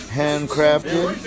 handcrafted